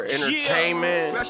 Entertainment